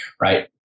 right